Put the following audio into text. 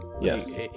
Yes